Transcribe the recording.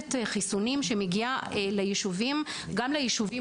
ניידת חיסונים שמגיעה גם ליישובים